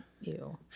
Ew